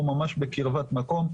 או ממש בקרבת מקום.